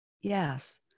Yes